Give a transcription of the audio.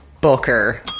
Booker